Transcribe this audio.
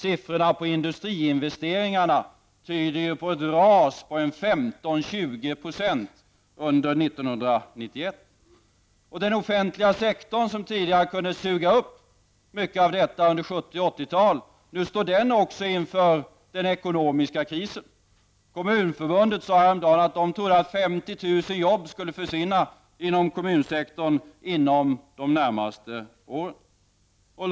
Siffrorna för industriinvesteringar tyder på ett ras på omkring Även den offentliga sektorn, som tidigare kunde suga upp mycket av detta under 70 och 80-talen, står nu inför den ekonomiska krisen. Företrädare för Kommunförbundet sade häromdagen att de trodde att 50 000 jobb skulle försvinna från kommunsektorn under de närmaste åren.